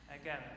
Again